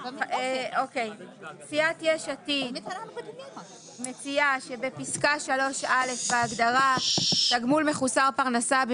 סיעת יש עתיד מציעה שבפסקה (3)(א) בהגדרה תגמול מחוסר פרנסה,